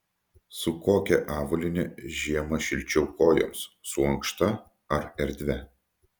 su kokia avalyne žiemą šilčiau kojoms su ankšta ar erdvia